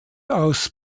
aus